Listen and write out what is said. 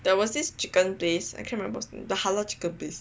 there was this chicken place I cannot remember what is the name the halal chicken place